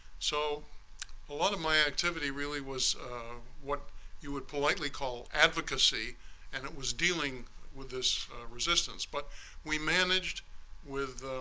so a lot of my activity really was what you would politely call advocacy and it was dealing with this resistance. but we managed with